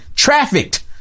trafficked